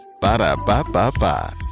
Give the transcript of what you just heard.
Ba-da-ba-ba-ba